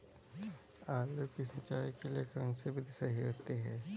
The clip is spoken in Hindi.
आलू की सिंचाई के लिए कौन सी विधि सही होती है?